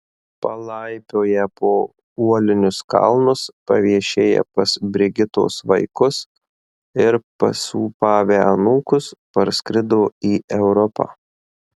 palaipioję po uolinius kalnus paviešėję pas brigitos vaikus ir pasūpavę anūkus parskrido į europą